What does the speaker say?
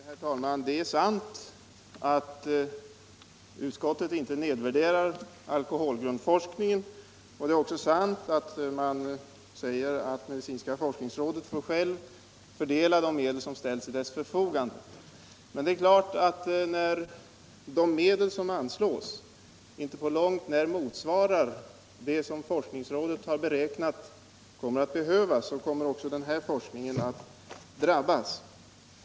Herr talman! Det är sant att utskottet inte nedvärderar alkoholgrundforskningen, och det är också sant som man säger att medicinska forskningsrådet självt får fördela de medel som ställs till dess förfogande. Men det är klart att när de medel som anslås inte på långt när motsvarar det belopp som enligt forskningsrådets beräkningar kommer att behövas, kommer också denna forskning att drabbas.